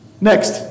Next